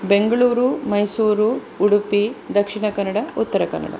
Bengaluru Mysuru Udupi Dakshina Kannada Uttara Kannada